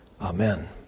Amen